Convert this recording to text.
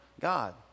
God